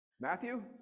Matthew